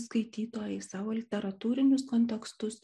skaitytoją į savo literatūrinius kontekstus